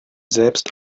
selbst